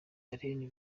alain